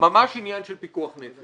ממש עניין של פיקוח נפש.